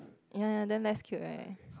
ya ya then that's cute right